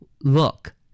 Look